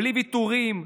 בלי ויתורים,